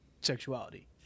sexuality